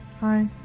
Hi